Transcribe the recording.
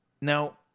Now